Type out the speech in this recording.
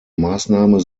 maßnahme